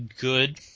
good